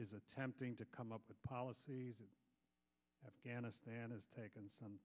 is attempting to come up with policies in afghanistan has taken some